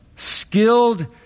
skilled